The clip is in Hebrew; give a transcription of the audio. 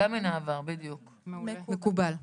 מקובל.